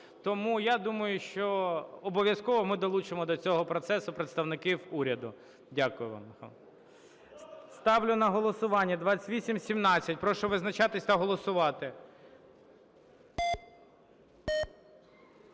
Тому я думаю, що обов'язково ми долучимо до цього процесу представників уряду. Дякую вам. Ставлю на голосування 2817. Прошу визначатись та голосувати.